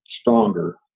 stronger